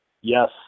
Yes